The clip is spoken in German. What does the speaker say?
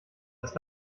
ist